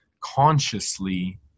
consciously